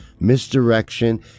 misdirection